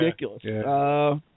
ridiculous